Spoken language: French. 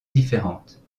différentes